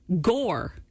Gore